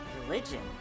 Religion